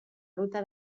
ruta